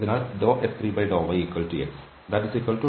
അതിനാൽ F3∂yxF2∂z